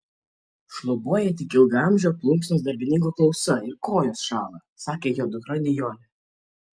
šlubuoja tik ilgaamžio plunksnos darbininko klausa ir kojos šąla sakė jo dukra nijolė